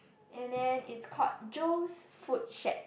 and then it's called Joe's Fruits Shake